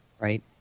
Right